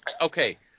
Okay